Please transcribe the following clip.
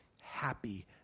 happy